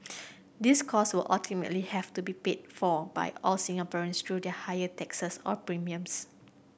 these cost will ultimately have to be paid for by all Singaporeans through the higher taxes or premiums